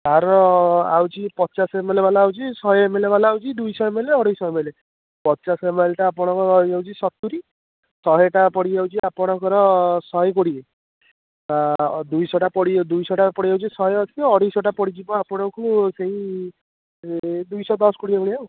ତା'ର ଆସୁଛି ପଚାଶ ଏମ୍ ଏଲ୍ ବାଲା ଆସୁଛି ଶହେ ଏମ୍ ଏଲ୍ ବାଲା ଆସୁଛି ଦୁଇଶହ ଏମ୍ ଏଲ୍ ଅଢେଇଶ ଏମ୍ ଏଲ୍ ପଚାଶ ଏମ୍ଏଲ୍ଟା ଆପଣଙ୍କ ରହିଯାଉଛି ସତୁରୀ ଶହେଟା ପଡ଼ିଯାଉଛି ଆପଣଙ୍କର ଶହେ କୋଡ଼ିଏ ଦୁଇଶହଟା ପଡ଼ି ଦୁଇଶହଟା ପଡ଼ିଯାଉଛି ଶହେଅଶି ଅଢ଼େଇଶଟା ପଡ଼ିଯିବ ଆପଣଙ୍କୁ ସେହି ଦୁଇଶହ ଦଶ କୋଡ଼ିଏ ଭଳିଆ ଆଉ